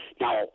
Now